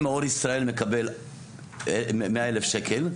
אם מאור ישראל מקבל 100,000 שקל,